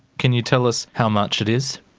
can you tell us how much it is?